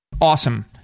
awesome